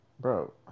bro